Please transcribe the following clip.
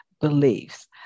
beliefs